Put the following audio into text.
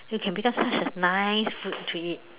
you can become such nice food to eat